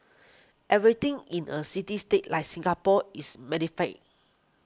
everything in a city state like Singapore is magnified